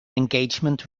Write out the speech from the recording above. engagement